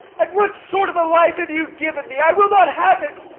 and what sort of a life have you given me? i will not have it!